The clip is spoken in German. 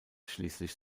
schließlich